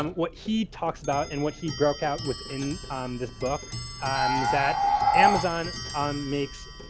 um what he talks about and what he broke out with in this book um is that amazon um makes,